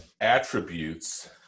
attributes